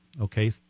Okay